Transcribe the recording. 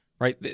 Right